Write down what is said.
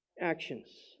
actions